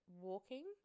walking